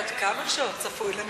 עשר דקות לרשותך.